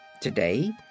Today